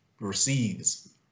receives